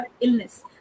illness